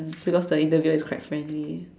because the interviewer is quite friendly